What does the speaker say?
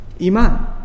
Iman